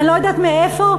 אני לא יודעת מאיפה,